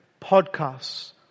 Podcasts